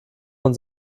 von